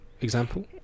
example